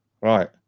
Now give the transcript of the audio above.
right